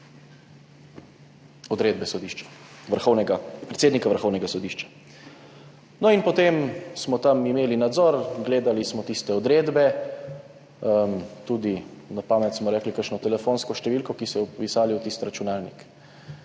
vrhovnega sodišča, predsednika Vrhovnega sodišča. No, potem smo imeli tam nadzor, gledali smo tiste odredbe, tudi na pamet smo rekli kakšno telefonsko številko, ki so jo vpisali v tisti računalnik.